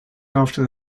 after